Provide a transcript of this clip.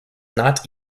not